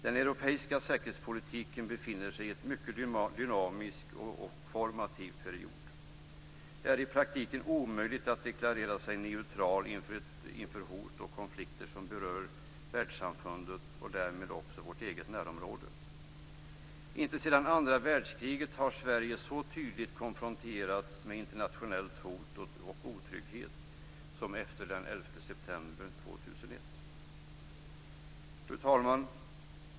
Den europeiska säkerhetspolitiken befinner sig i en mycket dynamisk och formativ period. Det är i praktiken omöjligt att deklarera sig neutral inför de hot och konflikter som berör världssamfundet och därmed också vårt eget närområde. Inte sedan andra världskriget har Sverige så tydligt konfronterats med internationellt hot och otrygghet som efter den Fru talman!